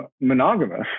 monogamous